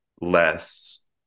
less